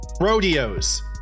rodeos